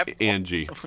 Angie